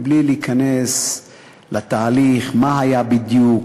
בלי להיכנס לתהליך מה היה בדיוק,